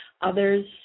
Others